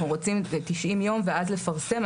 אנחנו רוצים 90 יום ואז לפרסם.